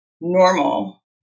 normal